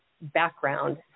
background